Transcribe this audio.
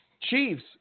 Chiefs